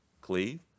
cleave